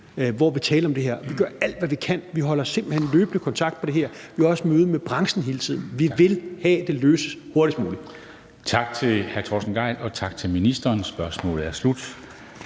hvor vi talte om det. Vi gør alt, hvad vi kan. Vi holder simpelt hen løbende kontakt om det her. Vi har også møde med branchen hele tiden. Vi vil have, at det løses hurtigst muligt.